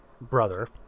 brother